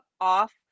off